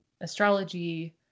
astrology